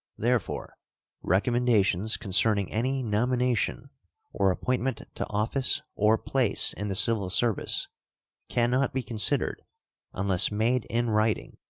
therefore recommendations concerning any nomination or appointment to office or place in the civil service can not be considered unless made in writing,